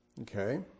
okay